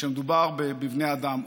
כשמדובר בבני אדם,